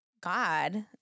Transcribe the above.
God